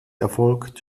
erfolgt